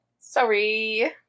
Sorry